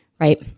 right